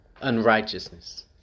unrighteousness